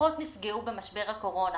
שפחות נפגעו במשבר הקורונה.